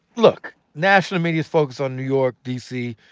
look, national media's focus on new york, d. c,